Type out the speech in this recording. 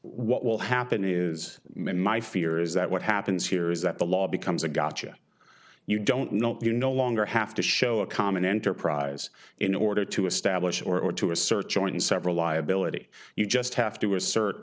what will happen is men my fear is that what happens here is that the law becomes a gotcha you don't know you no longer have to show a common enterprise in order to establish or or to research showing several liability you just have to assert